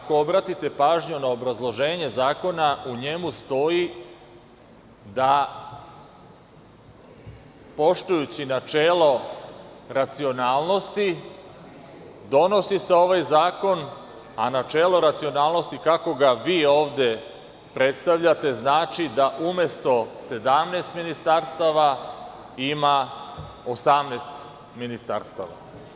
Ako obratite pažnju na obrazloženje zakona, u njemu stoji da poštujući načelo racionalnosti, donosi se ovaj zakon, a načelo racionalnosti, kako ga vi ovde predstavljate, znači da umesto 17 ministarstava ima 18 ministarstava.